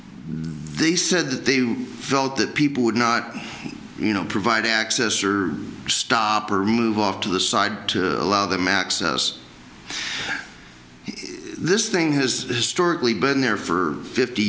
they said they felt that people would not you know provide access or stop or move off to the side allow them access in this thing has historically been there for fifty